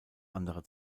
andere